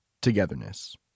Togetherness